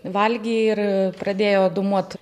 valgė ir pradėjo dūmot